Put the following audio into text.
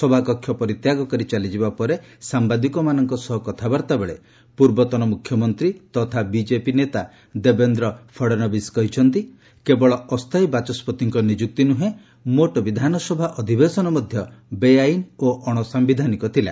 ସଭାକକ୍ଷ ପରିତ୍ୟାଗ କରି ଚାଲିଯିବା ପରେ ସାମ୍ବାଦିକମାନଙ୍କ ସହ କଥାବାର୍ତ୍ତା ବେଳେ ପୂର୍ବତନ ମୁଖ୍ୟମନ୍ତ୍ରୀ ତଥା ବିଜେପି ନେତା ଦେବେନ୍ଦ୍ର ଫଡ଼ଶବିସ୍ କହିଛନ୍ତି କେବଳ ଅସ୍ଥାୟୀ ବାଚସ୍ୱତିଙ୍କ ନିଯୁକ୍ତି ନୁହେଁ ମୋଟ୍ ବିଧାନସଭା ଅଧିବେଶନ ମଧ୍ୟ ବେଆଇନ୍ ଓ ଅଣସାୟିଧାନିକ ଥିଲା